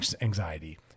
anxiety